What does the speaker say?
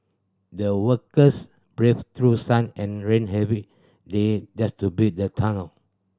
the workers braved through sun and rain every day just to build the tunnel